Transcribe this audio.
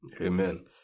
Amen